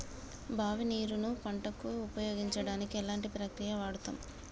బావి నీరు ను పంట కు ఉపయోగించడానికి ఎలాంటి ప్రక్రియ వాడుతం?